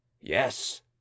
Yes